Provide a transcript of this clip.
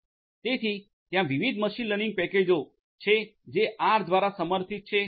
તેથી ત્યાં વિવિધ મશીન લર્નિંગ પેકેજો છે જે આર દ્વારા સમર્થિત છે